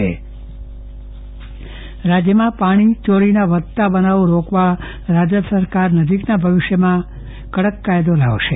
ચંદ્રવદન પટ્ટણી પાણીચોરી સામે પગલા રાજ્યમાં પાણી ચોરીના વધતા બનાવો રોકવા રાજ્ય સરકાર નજીકના ભવિષ્યમાં કડક કાયદો લાવશે